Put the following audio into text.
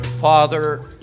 Father